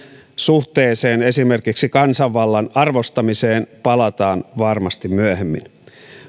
suhteeseen esimerkiksi kansanvallan arvostamiseen palataan varmasti myöhemmin